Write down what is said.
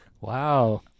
Wow